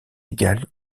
égale